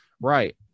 Right